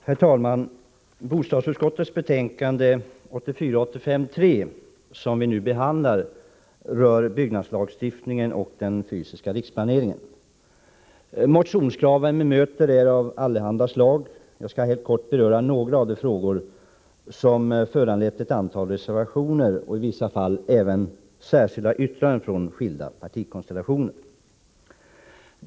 Herr talman! Bostadsutskottets betänkande 1984/85:3, som vi nu behandlar, rör byggnadslagstiftningen och den fysiska riksplaneringen. Motionskraven är av allehanda slag. Jag skall helt kortfattat beröra några av de frågor som föranlett ett antal reservationer och i vissa fall även särskilda yttranden från skilda partikonstellationer.